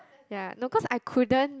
ya no cause I couldn't